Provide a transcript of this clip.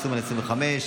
בקריאה הטרומית.